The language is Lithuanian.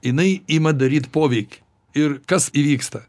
jinai ima daryt poveikį ir kas įvyksta